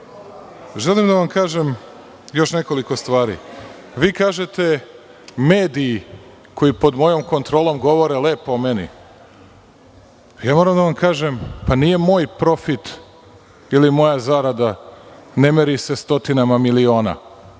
da vam kažem još nekoliko stvari, vi kažete – mediji koji pod mojom kontrolom govore lepo o meni. Moram da vam kažem pa nije profit, ili moja zarada, ne meri se stotinama miliona,